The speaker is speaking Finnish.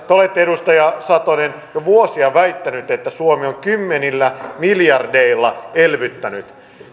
te olette edustaja satonen jo vuosia väittänyt että suomi on kymmenillä miljardeilla elvyttänyt